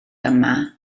yma